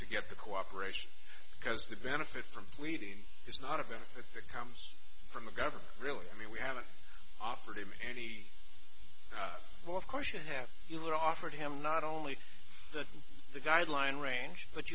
to get the cooperation because the benefit from pleading is not of benefit comes from the government really i mean we haven't offered him any what question have you ever offered him not only to the guideline range but